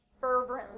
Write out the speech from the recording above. fervently